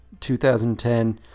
2010